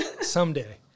Someday